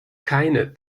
keine